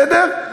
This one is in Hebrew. בסדר?